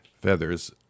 Feathers